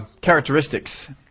characteristics